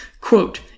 Quote